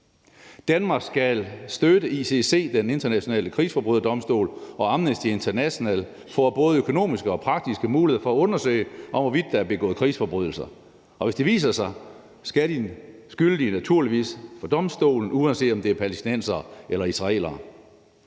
Danmark skal støtte, at ICC, den internationale krigsforbryderdomstol, og Amnesty International får både økonomiske og praktiske muligheder for at undersøge, hvorvidt der er begået krigsforbrydelser, og hvis det viser sig at være tilfældet, skal de skyldige naturligvis for domstolen, uanset om det er palæstinensere eller israelere.